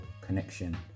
connection